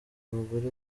abagore